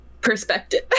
Perspective